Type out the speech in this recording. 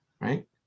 Right